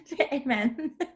Amen